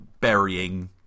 burying